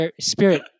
spirit